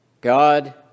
God